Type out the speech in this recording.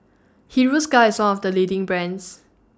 Hiruscar IS one of The leading brands